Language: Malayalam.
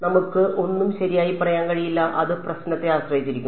നമുക്ക് ഒന്നും ശരിയായി പറയാൻ കഴിയില്ല അത് പ്രശ്നത്തെ ആശ്രയിച്ചിരിക്കും